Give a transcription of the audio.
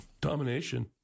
Domination